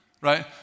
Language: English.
right